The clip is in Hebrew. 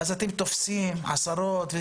אז אתם תופסים עשרות.